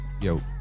Yo